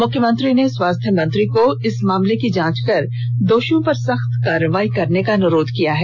मुख्यमंत्री ने स्वास्थ्य मंत्री को उक्त मामले की जाँच कर दोषियों पर सख्त कार्यवाई करने का अनुरोध किया है